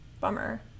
Bummer